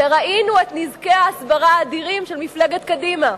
וראינו את נזקי ההסברה האדירים של מפלגת קדימה.